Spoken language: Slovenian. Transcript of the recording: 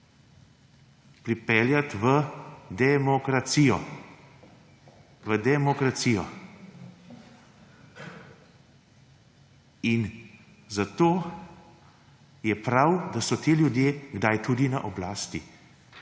pripeljati v demokracijo. V demokracijo. Zato je prav, da so ti ljudje kdaj tudi na oblasti.